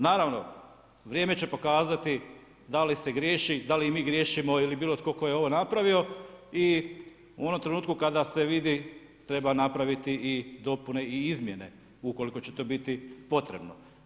Naravno, vrijeme će pokazati da li se griješi, da li mi griješimo ili bilo tko tko je ovo napravio i u onom trenutku kada se vidi treba napraviti i dopune i izmjene, ukoliko će to biti potrebno.